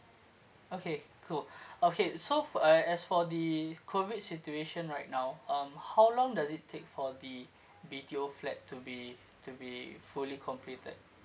okay cool okay so f~ a~ as for the COVID situation right now um how long does it take for the B_T_O flat to be to be fully completed